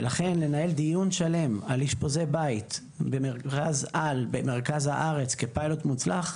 ולכן לנהל דיון שלם על אשפוזי הבית במרכז על במרכז הארץ כפיילוט מוצלח,